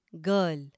girl